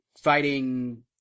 fighting